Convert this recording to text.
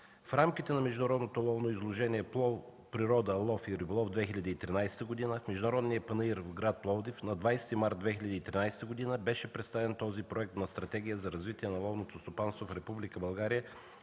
В рамките на Международното ловно изложение „Природа, лов и риболов – 2013 г.” на Международния панаир в град Пловдив на 20 март 2013 г. беше представен този Проект на стратегия за развитие на ловното стопанство в